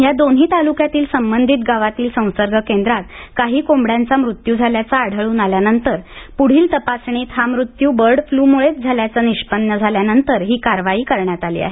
या दोन्ही तालुक्यातील संबंधित गावातील संसर्ग केंद्रात काही कोंबड्यांचा मृत्यू झाल्याचं आढळून आल्यानंतर पुढील तपासणीत हा मृत्यू बर्ड फ्लूमुळेच झाल्याचं निष्पन्न झाल्यानंतर ही कारवाई करण्यात आली आहे